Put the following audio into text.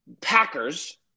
Packers